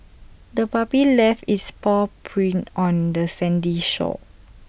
the puppy left its paw prints on the sandy shore